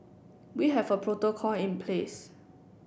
we have a protocol in place